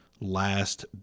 last